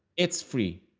it's free.